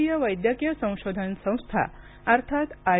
भारतीय वैद्यकीय संशोधन संस्था अर्थात आय